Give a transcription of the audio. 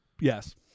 Yes